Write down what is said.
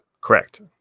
Correct